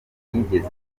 nigeze